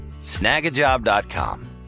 snagajob.com